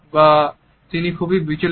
বা তিনি খুবই বিচলিত